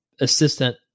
assistant